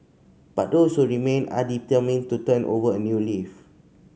but those who remain are determined to turn over a new leaf